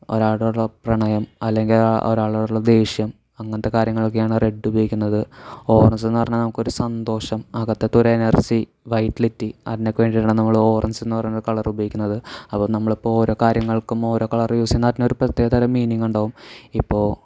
ഒരാളോടുള്ള പ്രണയം അല്ലെങ്കിൽ ഒരാളോടുള്ള ദേഷ്യം അങ്ങനത്തെ കാര്യങ്ങളൊക്കെയാണ് റെഡ് ഉപയോഗിക്കുന്നത് ഓറഞ്ച് എന്ന് പറഞ്ഞാൽ നമുക്കൊരു സന്തോഷം അകത്തെ ഒരു എനർജി വൈറ്റാലിറ്റി അതിനൊക്കെ വേണ്ടിയിട്ടാണ് നമ്മൾ ഓറഞ്ച് എന്ന് പറയുന്ന കളർ ഉപയോഗിക്കുന്നത് അപ്പോൾ നമ്മൾ എപ്പോൾ ഓരോ കാര്യങ്ങൾക്കും ഓരോ കളർ യൂസ് ചെയ്യുന്ന അതിനൊരു പ്രത്യേക തരം മീനിങ്ങ് ഉണ്ടാവും ഇപ്പോൾ